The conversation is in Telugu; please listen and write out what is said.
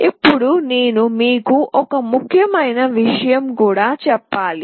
ఇప్పుడు నేను మీకు ఒక ముఖ్యమైన విషయం కూడా చెప్పాలి